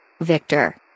Victor